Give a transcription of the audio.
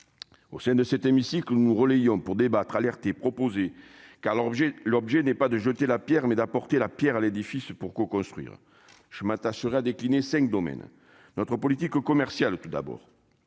au sein de cet hémicycle, nous relayons pour débattre alerter car l'objet : l'objet n'est pas de jeter la Pierre, mais d'apporter la Pierre à l'édifice pour co-construire je m'attacherai à décliner 5 domaines notre politique commerciale tout d'abord,